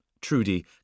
Trudy